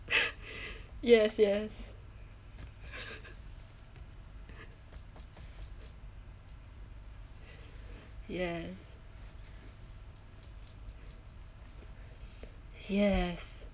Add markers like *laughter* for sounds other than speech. *breath* yes yes yes yes